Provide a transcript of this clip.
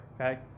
okay